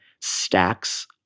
stacks